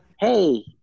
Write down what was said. hey